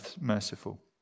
merciful